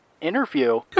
interview